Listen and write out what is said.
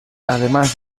además